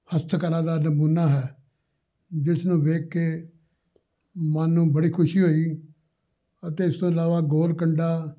ਹਸਤ ਕਲਾ ਦਾ ਨਮੂਨਾ ਹੈ ਜਿਸ ਨੂੰ ਦੇਖ ਕੇ ਮਨ ਨੂੰ ਬੜੀ ਖੁਸ਼ੀ ਹੋਈ ਅਤੇ ਇਸ ਤੋਂ ਇਲਾਵਾ ਗੋਲ ਕੰਡਾ